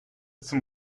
zum